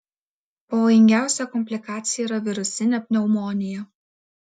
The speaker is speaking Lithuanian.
pavojingiausia komplikacija yra virusinė pneumonija